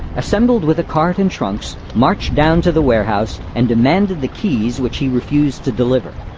assembled with a cart and trunks, marched down to the warehouse, and demanded the keys, which he refused to deliver.